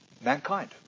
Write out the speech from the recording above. mankind